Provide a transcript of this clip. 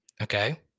Okay